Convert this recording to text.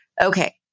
Okay